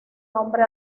nombre